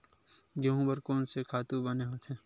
गेहूं बर कोन से खातु बने होथे?